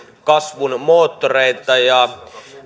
kasvun moottoreita ja